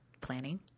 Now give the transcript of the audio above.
planning